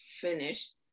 finished